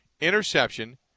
interception